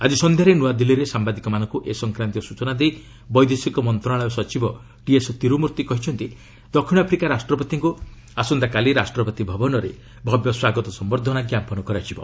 ଆଜି ସନ୍ଧ୍ୟାରେ ନ୍ନଆଦିଲ୍ଲୀରେ ସାୟାଦିକମାନଙ୍କୁ ଏ ସଂକ୍ରାନ୍ତୀୟ ସୂଚନା ଦେଇ ବୈଦେଶିକ ମନ୍ତ୍ରଣାଳୟ ସଚିବ ଟିଏସ୍ ତୀରୁମୂର୍ତ୍ତି କହିଛନ୍ତି ଦକ୍ଷିଣ ଆଫ୍ରିକା ରାଷ୍ଟ୍ରପତିଙ୍କୁ ଆସନ୍ତାକାଲି ରାଷ୍ଟ୍ରପତି ଭବନରେ ଭବ୍ୟ ସ୍ୱାଗତ ସମ୍ଭର୍ଦ୍ଧନା ଜ୍ଞାପନ କରାଯିବ